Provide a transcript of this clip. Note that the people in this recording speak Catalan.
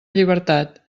llibertat